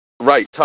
Right